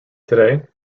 today